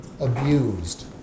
abused